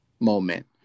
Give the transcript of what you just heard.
moment